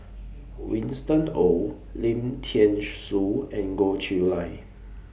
Winston Oh Lim Thean Soo and Goh Chiew Lye